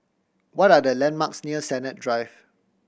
what are the landmarks near Sennett Drive